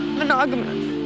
monogamous